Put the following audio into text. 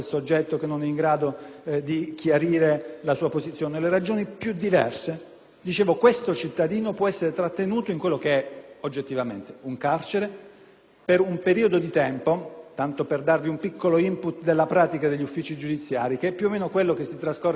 di chiarire la sua posizione, può essere trattenuto in quello che oggettivamente è un carcere, per un periodo di tempo - tanto per darvi un *in**put* della pratica degli uffici giudiziari - che equivale più o meno a quello che si trascorre in carcere per una tentata estorsione o per una tentata rapina: